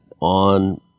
on